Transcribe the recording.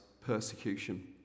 persecution